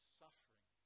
suffering